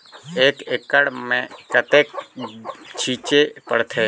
एक एकड़ मे कतेक छीचे पड़थे?